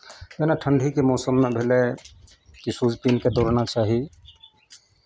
जेना ठण्ढीके मौसममे भेलै कि शूज पिन्ह कऽ दौड़ना चाही